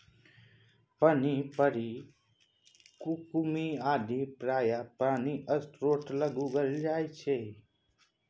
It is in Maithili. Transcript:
पानिपरी कुकुम्भी आदि प्रायः पानिस्रोत लग उगल दिख जाएत